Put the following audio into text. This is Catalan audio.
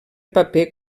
paper